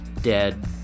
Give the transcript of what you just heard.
dead